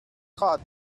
hot